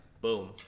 Boom